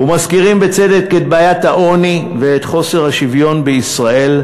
מזכירים בצדק את בעיית העוני ואת חוסר השוויון בישראל,